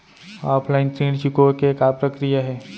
Offline ऋण चुकोय के का प्रक्रिया हे?